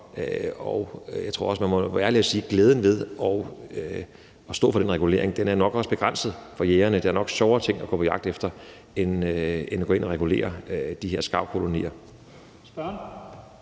og jeg tror også, man må være ærlig og sige, er glæden ved at stå for den regulering nok er begrænset for jægerne. Der er nok sjovere ting at gå på jagt efter end at gå ind og regulere de her skarvkolonier.